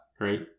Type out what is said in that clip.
right